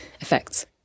effects